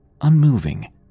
unmoving